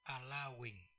Allowing